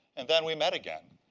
and then we met again,